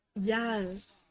Yes